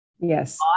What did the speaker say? Yes